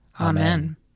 Amen